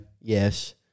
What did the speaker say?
yes